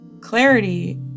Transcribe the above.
clarity